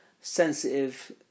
sensitive